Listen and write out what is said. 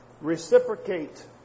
reciprocate